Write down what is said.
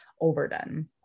overdone